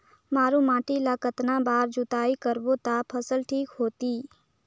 मारू माटी ला कतना बार जुताई करबो ता फसल ठीक होती?